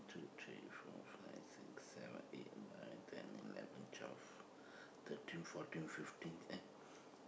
two three four five six seven eight nine ten eleven twelve thirteen fourteen fifteen eh